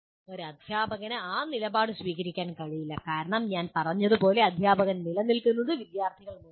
ഒരു അധ്യാപകന് ആ നിലപാട് സ്വീകരിക്കാൻ കഴിയില്ല കാരണം ഞാൻ പറഞ്ഞതുപോലെ അധ്യാപകർ നിലനിൽക്കുന്നത് വിദ്യാർത്ഥികൾ മൂലമാണ്